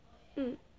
mm